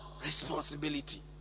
Responsibility